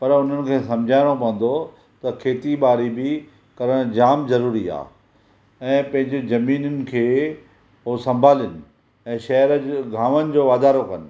पर हुननि खे सम्झाइणो पवंदो त खेती ॿाड़ी बि करणु जाम ज़रूरी आहे ऐं पंहिंजी ज़मीनियुनि खे हो सम्भालिनि ऐं शहर गांवनि जो वाधारो कनि